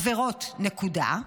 עבירות, נקודה,